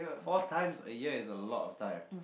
four times a year is a lot of time